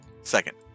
Second